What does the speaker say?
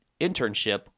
internship